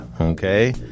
Okay